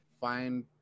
find